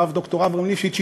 הרב ד"ר אברהם ליפשיץ,